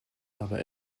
aber